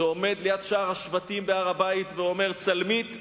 שעומד ליד שער השבטים בהר-הבית ואומר: צלמית,